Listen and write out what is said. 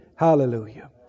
Hallelujah